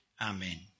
Amen